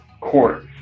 court